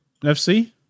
FC